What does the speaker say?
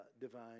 divine